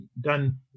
done